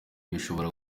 bishobora